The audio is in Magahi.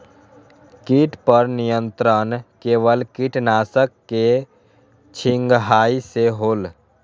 किट पर नियंत्रण केवल किटनाशक के छिंगहाई से होल?